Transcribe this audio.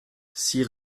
six